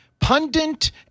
pundit